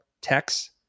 text